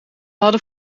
hadden